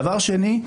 דבר שני,